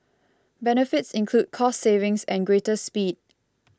benefits include cost savings and greater speed